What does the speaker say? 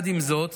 עם זאת,